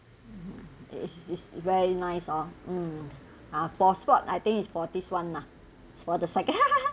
is is is very nice lor mm ah for sport I think is for this one lah for the second